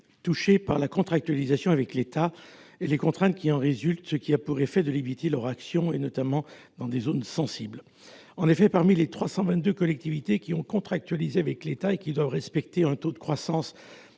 touchées par la contractualisation avec l'État, ainsi que par les contraintes qui en résultent, ce qui a pour effet de limiter leurs actions, notamment dans les zones sensibles. En effet, parmi les 322 collectivités qui ont contractualisé avec l'État et qui doivent respecter un taux de croissance